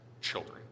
children